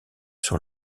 sur